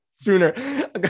sooner